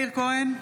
מאיר כהן,